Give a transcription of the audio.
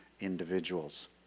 individuals